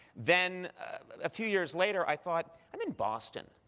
then a few years later, i thought, i'm in boston.